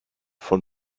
von